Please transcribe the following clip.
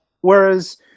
Whereas